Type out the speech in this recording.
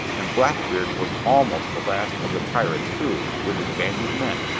and blackbeard was almost the last of the pirates who, with his banded men,